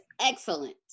excellent